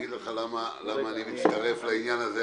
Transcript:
אומר לכם למה אני מצטרף לעניין הזה,